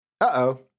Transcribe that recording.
Uh-oh